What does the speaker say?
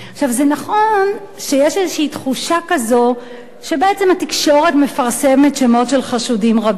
נכון שיש תחושה כזאת שהתקשורת מפרסמת שמות של חשודים רבים.